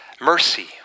mercy